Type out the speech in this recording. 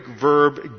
verb